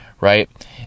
right